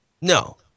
No